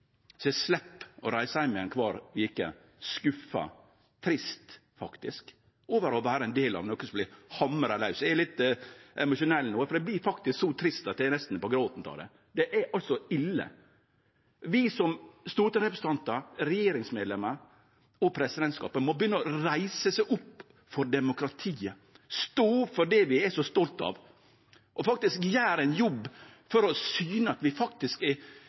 så eg slepp å reise heim igjen kvar veke, skuffa, trist faktisk, over å vere ein del av noko som det vert hamra laus på. – Eg er litt emosjonell no, for eg vert faktisk så trist at eg er nesten på gråten av det. Det er så ille. Vi som stortingsrepresentantar, regjeringsmedlemer og presidentskapet må begynne å reise oss for demokratiet, stå opp for det vi er så stolte av, gjere ein jobb for å syne at vi faktisk